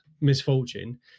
misfortune